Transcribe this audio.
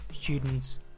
students